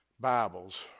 Bibles